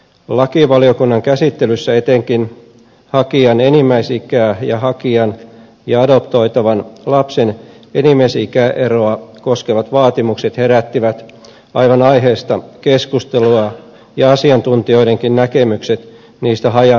lakivaliokunnan käsittelyssä etenkin hakijan enimmäisikää ja hakijan ja adoptoitavan lapsen enimmäisikäeroa koskevat vaatimukset herättivät aivan aiheesta keskustelua ja asiantuntijoidenkin näkemykset niistä hajaantuivat